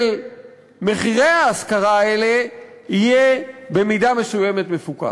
מחירי ההשכרה האלה יהיה במידה מסוימת מפוקח.